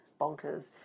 bonkers